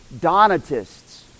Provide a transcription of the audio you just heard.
Donatists